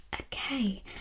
Okay